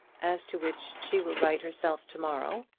as to which she will write herself to-morrow,